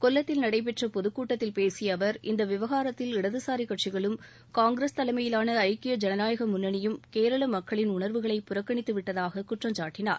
கொல்லத்தில் நடைபெற்ற பொதுக்கூட்டத்தில் பேசிய அவர் இந்த விவகாரத்தில் இடதுசாரி கட்சிகளும் காங்கிரஸ் தலைமையிலான ஐக்கிய ஜனநாயக முன்னணியும் கேரள மக்களின் உணா்வுகளை புறக்கணித்து விட்டதாக குற்றம்சாட்டினார்